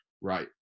Right